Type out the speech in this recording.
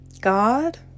god